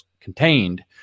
contained